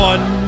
One